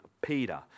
Peter